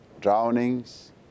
drownings